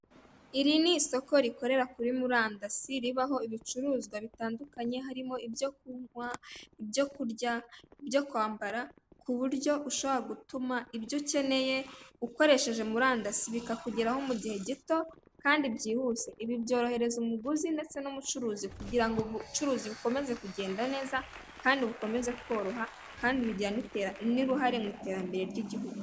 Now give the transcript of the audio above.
Iri ni isoko rikorera kuri murandasi ribaho ibicuruzwa bitandukanye harimo ibyo kunywa, ibyo kurya, ibyo kwambara, ku buryo ushobora gutuma ibyo ukeneye ukoresheje murandasi bikakugeraho mu gihe gito kandi byihuse, ibi byorohereza umuguzi ndetse n'umucuruzi kugira ngo ubucuruzi bukomeze kugenda neza kandi bukomeze koroha, kandi bigira n'uruhare mu iterambere ry'igihugu.